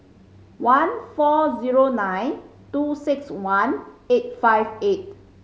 one four zero nine two six one eight five eight